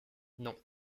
non